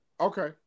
Okay